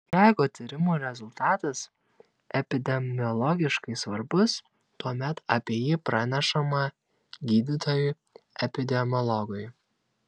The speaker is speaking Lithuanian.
jeigu tyrimo rezultatas epidemiologiškai svarbus tuomet apie jį pranešama gydytojui epidemiologui